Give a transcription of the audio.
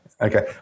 Okay